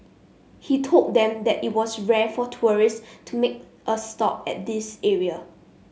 he told them that it was rare for tourists to make a stop at this area